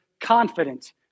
confident